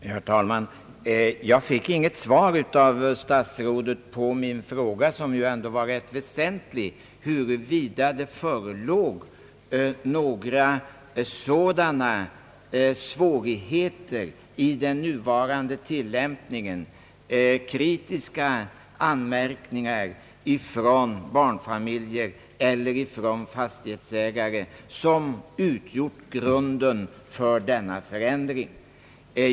Herr talman! Jag fick inget svar från statsrådet på min fråga — som egentligen var rätt väsentlig — huruvida det förelåg några sådana svårigheter i den nuvarande tillämpningen, kritiska anmärkningar från barnfamiljer eller från fastighetsägare, som utgjort grunden för denna förändring.